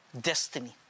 destiny